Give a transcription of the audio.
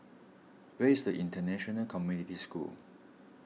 where is International Community School